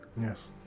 Yes